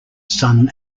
son